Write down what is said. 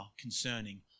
concerning